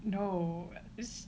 no it's